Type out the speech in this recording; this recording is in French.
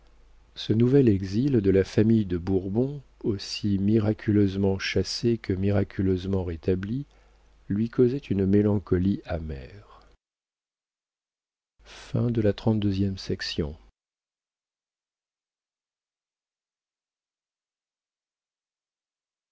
ce nouvel exil de la famille de bourbon aussi miraculeusement chassée que miraculeusement rétablie lui causait une mélancolie amère